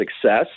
success